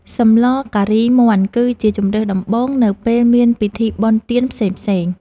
សម្លការីមាន់គឺជាជម្រើសដំបូង នៅពេលមានពិធីបុណ្យទានផ្សេងៗ។